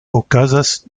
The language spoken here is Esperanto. okazas